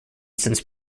since